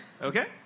Okay